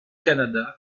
canada